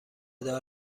دار